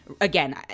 again